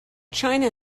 china